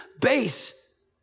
base